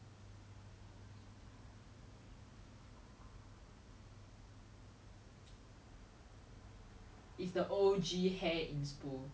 ya exactly a lot of them are saying like or like cause they were either born into it but people like bill gates jeff bezos jack ma they weren't born into this [what]